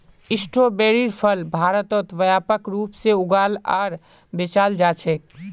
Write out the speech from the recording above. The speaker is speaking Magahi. स्ट्रोबेरीर फल भारतत व्यापक रूप से उगाल आर बेचाल जा छेक